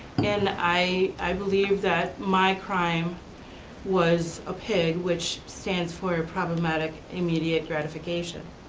and i believe that my crime was a pig, which stands for problematic immediate gratification.